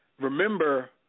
remember